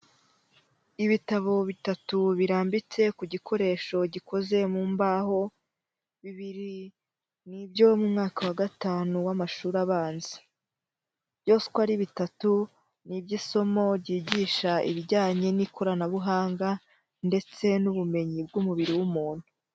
Ibitabo bitatu birambitse ku gikoresho gikoze mu mbaho, bibiri ni ibyo mu mwaka wa gatanu w'amashuri abanza, byose uko ari bitatu ni iby'isomo ryigisha ibijyanye n'ikoranabuhanga ndetse n'ubumenyi bw'umubiri w'umuntu.